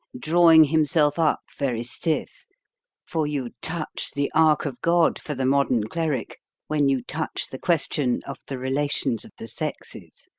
drawing himself up very stiff for you touch the ark of god for the modern cleric when you touch the question of the relations of the sexes.